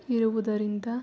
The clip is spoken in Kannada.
ಇರುವುದರಿಂದ